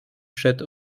przed